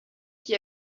qui